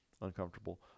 uncomfortable